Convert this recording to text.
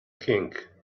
king